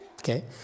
Okay